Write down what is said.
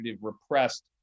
repressed